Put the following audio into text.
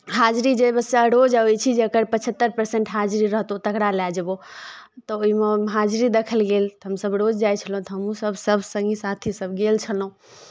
हाजिरी जे बच्चा रोज अबै छी जकर पच्चहत्तरि परसेन्ट हाजिरी रहतहु तकरा लए जयबहु तऽ ओहिमे हाजिरी देखल गेल तऽ हमसभ रोज जाइत छलहुँ तऽ हमहूँसभ सभ सङ्गी साथी सभ गेल छलहुँ